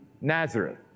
Nazareth